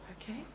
Okay